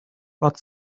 but